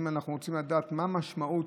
אם אנחנו רוצים לדעת מה המשמעות,